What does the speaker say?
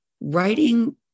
writing